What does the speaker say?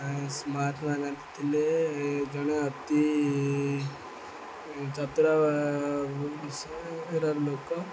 ସ୍ମାର୍ଟବାଲା ଥିଲେ ଜଣେ ଅତି ଯତ୍ରା ବିଷୟର ଲୋକ